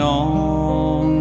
on